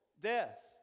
death